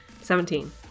Seventeen